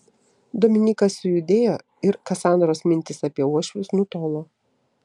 dominykas sujudėjo ir kasandros mintys apie uošvius nutolo